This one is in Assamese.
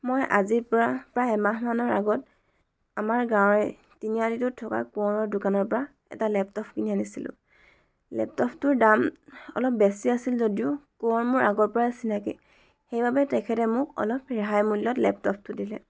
মই আজিৰ পৰা প্ৰায় এমাহমানৰ আগত আমাৰ গাঁৱৰে তিনিআলিটোত থকা কোঁৱৰৰ দোকানৰ পৰা এটা লেপটপ কিনি আনিছিলোঁ লেপটপটোৰ দাম অলপ বেছি আছিল যদিও কোঁৱৰ মোৰ আগৰ পৰাই চিনাকি সেই বাবে তেখেতে মোক অলপ ৰেহাই মূল্যত লেপটপটো দিলে